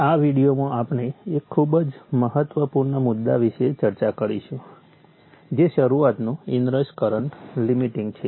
આ વિડિયોમાં આપણે એક ખૂબ જ મહત્વપૂર્ણ મુદ્દા વિશે ચર્ચા કરીશું જે શરુઆતનો ઇનરશ કરંટ લિમિટિંગ છે